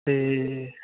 ਅਤੇ